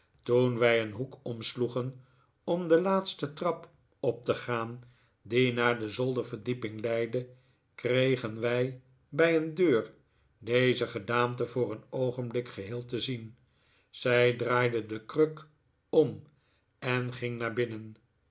toen wij een hoek omsloegen om de laatste trap op te gaan die naar de zolderverdieping leidde kregen wij bij een deur deze gedaante voor een oogenblik geheel te zien zij draaide de kruk om en ging naar binnen